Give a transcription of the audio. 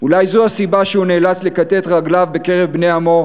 אולי זו הסיבה שהוא נאלץ לכתת רגליו בקרב בני עמו,